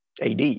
AD